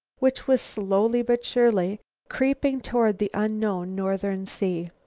which was slowly but surely creeping toward the unknown northern sea.